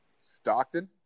Stockton